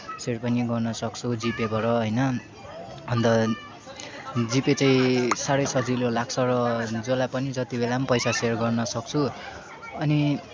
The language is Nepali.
यसरी पनि गर्न सक्छु जिपेबाट होइन अन्त जिपे चाहिँ साह्रै सजिलो लाग्छ र जसलाई पनि जतिबेला पनि पैसा सेयर गर्न सक्छु अनि